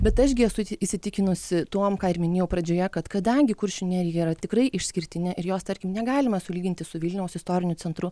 bet aš gi esu įsitikinusi tuom ką ir minėjau pradžioje kad kadangi kuršių nerija yra tikrai išskirtinė ir jos tarkim negalima sulyginti su vilniaus istoriniu centru